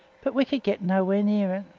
but we could get nowhere near it.